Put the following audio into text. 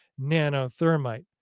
nanothermite